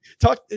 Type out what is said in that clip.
talk